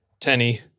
Tenny